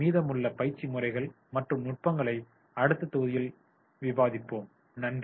மீதமுள்ள பயிற்சி முறைகள் மற்றும் நுட்பங்களை அடுத்த தொகுதியில் விவாதிப்போம் நன்றி